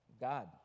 God